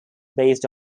based